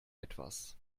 etwas